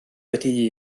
wedi